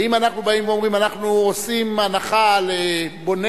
ואם אנחנו באים ואומרים שאנחנו עושים הנחה לבוני